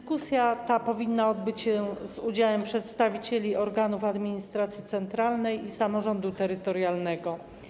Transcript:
Dyskusja powinna odbyć się z udziałem przedstawicieli organów administracji centralnej i samorządu terytorialnego.